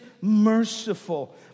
merciful